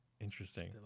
Interesting